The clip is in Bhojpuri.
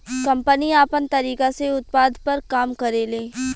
कम्पनी आपन तरीका से उत्पाद पर काम करेले